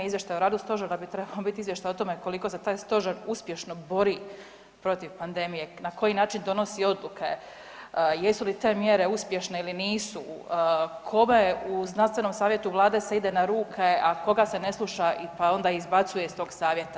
Izvještaj o radu Stožera bi trebao biti izvještaj o tome koliko se taj Stožer uspješno bori protiv pandemije, na koji način donosi odluke, jesu li te mjere uspješne ili nisu, kome u Znanstvenom savjetu Vlade se ide na ruke, a koga se ne sluša, pa onda izbacuje iz tog Savjeta.